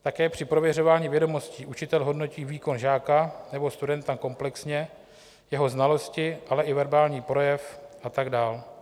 Také při prověřování vědomostí učitel hodnotí výkon žáka nebo studenta komplexně, jeho znalosti, ale i verbální projev a tak dále.